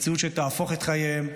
מציאות שתהפוך את חייהם,